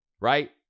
right